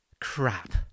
Crap